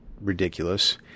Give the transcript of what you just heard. ridiculous